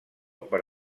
per